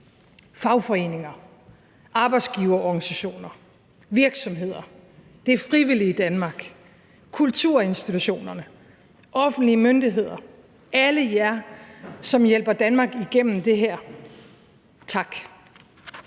fagforeninger, arbejdsgiverorganisationer, virksomheder, det frivillige Danmark, kulturinstitutionerne, offentlige myndigheder, alle jer, som hjælper Danmark igennem det her: Tak.